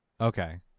Okay